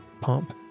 pump